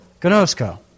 Gnosko